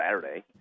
Saturday